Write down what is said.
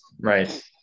right